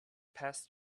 past